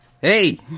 Hey